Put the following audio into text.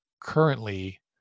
Currently